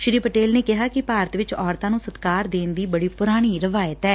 ਸ੍ਰੀ ਪਟੇਲ ਨੇ ਕਿਹਾ ਕਿ ਭਾਰਤ ਵਿਚ ਔਰਤਾਂ ਨੂੰ ਸਤਿਕਾਰ ਦੇਣ ਦੀ ਬੜੀ ਪੁਰਾਣੀ ਰਿਵਾਇਤ ੱਐ